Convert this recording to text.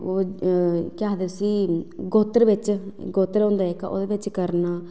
ओह् केह् आक्खदे उसी अपने गौत्र बिच ओह् अपना गौत्र होंदा ओह्दे बिच करना